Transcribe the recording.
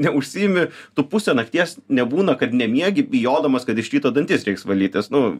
neužsiimi tu pusę nakties nebūna kad nemiegi bijodamas kad iš ryto dantis reiks valytis nu